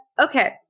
Okay